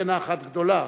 מאנטנה אחת גדולה.